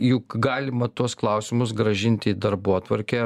juk galima tuos klausimus grąžint į darbotvarkę